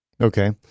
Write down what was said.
Okay